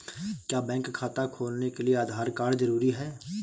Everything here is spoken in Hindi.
क्या बैंक खाता खोलने के लिए आधार कार्ड जरूरी है?